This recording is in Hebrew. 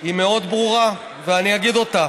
היא מאוד ברורה, ואני אגיד אותה: